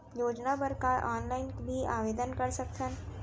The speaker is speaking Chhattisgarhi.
योजना बर का ऑनलाइन भी आवेदन कर सकथन?